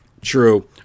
True